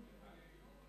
לחודש או ליום?